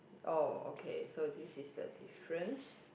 oh okay so this is the difference